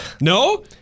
No